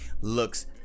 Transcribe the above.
looks